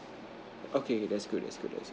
okay that's good that's good that's good